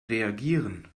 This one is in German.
reagieren